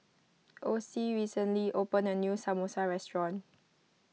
Ocie recently opened a new Samosa restaurant